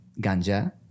ganja